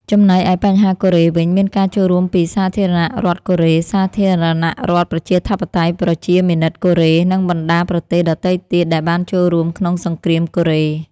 ចំណែកឯបញ្ហាកូរ៉េវិញ មានការចូលរួមពី សាធារណរដ្ឋកូរ៉េ សាធារណរដ្ឋប្រជាធិបតេយ្យប្រជាមានិតកូរ៉េ និងបណ្តាប្រទេសដទៃទៀតដែលបានចូលរួមក្នុងសង្គ្រាមកូរ៉េ។